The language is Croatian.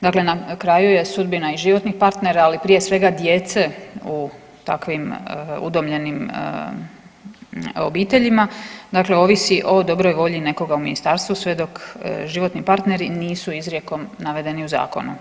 Dakle, na kraju je sudbina i životnih partnera, ali prije svega djece u takvim udomljenim obiteljima, dakle ovisi o dobroj volji nekoga u ministarstvu sve dok životni partneri nisu izrijekom navedeni u zakonu.